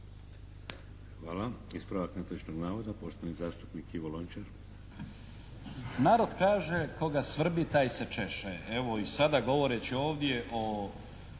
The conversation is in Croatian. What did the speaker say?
Hvala. Ispravak netočnog navoda, poštovani zastupnik Ivo Lončar. **Lončar, Ivan (Nezavisni)** Narod kaže koga svrbi taj se češe. Evo i sada govoreći ovdje o